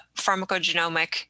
pharmacogenomic